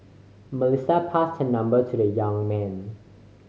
Melissa passed her number to the young man